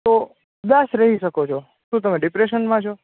તો ઉદાસ રહી શકો છો શું તમે ડિપ્રેશન માં છો